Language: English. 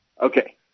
Okay